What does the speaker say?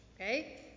Okay